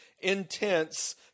intense